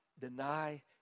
deny